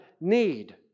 need